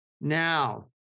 Now